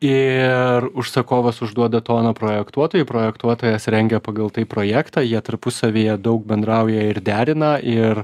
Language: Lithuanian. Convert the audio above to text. ir užsakovas užduoda toną projektuotojui projektuotojas rengia pagal tai projektą jie tarpusavyje daug bendrauja ir derina ir